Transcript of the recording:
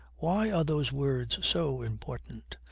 why are those words so important?